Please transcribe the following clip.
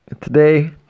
Today